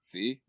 See